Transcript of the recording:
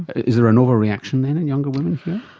is there an overreaction then in younger women here?